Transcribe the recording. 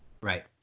right